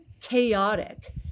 chaotic